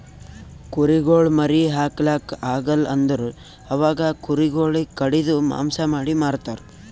ಕುರಿಗೊಳ್ ಮರಿ ಹಾಕ್ಲಾಕ್ ಆಗಲ್ ಅಂದುರ್ ಅವಾಗ ಕುರಿ ಗೊಳಿಗ್ ಕಡಿದು ಮಾಂಸ ಮಾಡಿ ಮಾರ್ತರ್